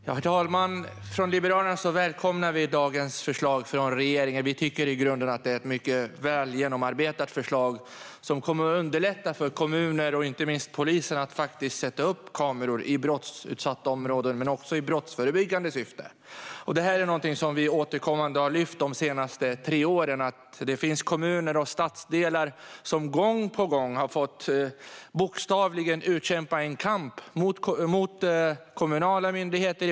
Herr talman! Vi från Liberalerna välkomnar dagens förslag från regeringen. Vi tycker i grunden att det är ett mycket väl genomarbetat förslag som kommer att underlätta för kommuner och för inte minst polisen att sätta upp kameror i brottsutsatta områden och i brottsförebyggande syfte. Det här är något som vi återkommande har lyft under de senaste tre åren. Det finns kommuner och stadsdelar som gång på gång bokstavligen har fått utkämpa en strid mot kommunala myndigheter.